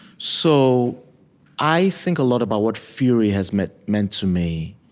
so i think a lot about what fury has meant meant to me